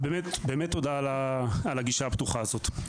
באמת תודה על הגישה הפתוחה הזאת.